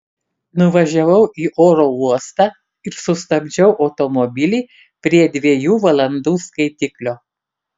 nuvažiavau į oro uostą ir sustabdžiau automobilį prie dviejų valandų skaitiklio